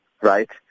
right